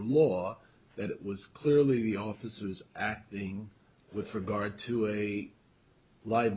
law that was clearly the officers acting with regard to a li